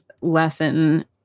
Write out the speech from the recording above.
lesson